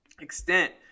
Extent